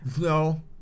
No